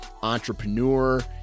entrepreneur